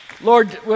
Lord